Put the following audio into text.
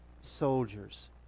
soldiers